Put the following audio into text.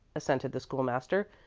assented the school-master.